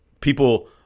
People